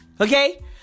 Okay